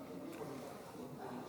רבה.